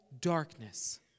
darkness